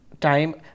time